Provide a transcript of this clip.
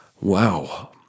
Wow